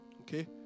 Okay